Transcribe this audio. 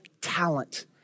talent